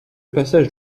passage